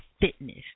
fitness